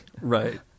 Right